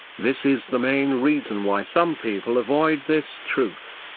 this is the main reason why some people avoid this truth.